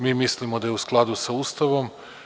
Mi mislimo da je u skladu sa Ustavom.